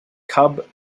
cub